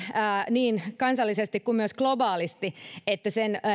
niin kansallisesti kuin myös globaalisti että sen